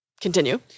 Continue